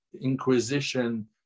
inquisition